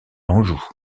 anjou